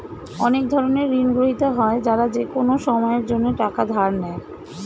অনেক ধরনের ঋণগ্রহীতা হয় যারা যেকোনো সময়ের জন্যে টাকা ধার নেয়